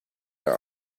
are